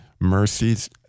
mercies